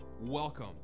welcome